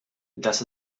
das